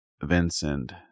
Vincent